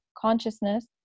consciousness